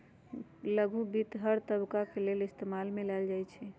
लघु वित्त हर तबका के लेल इस्तेमाल में लाएल जाई छई